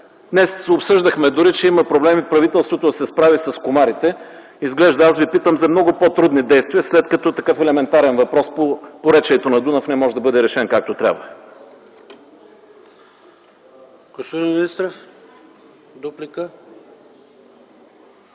Днес обсъждахме дори, че има проблеми правителството да се справи с комарите. Изглежда аз Ви питам за много по-трудни действия, след като такъв елементарен въпрос по поречието на р. Дунав не може да бъде решен както трябва.